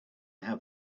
have